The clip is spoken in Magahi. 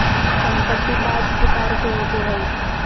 संपत्ति पांच प्रकार के होबो हइ